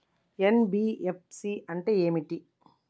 NBFC అంటే ఏమిటి?